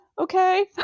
Okay